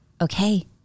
okay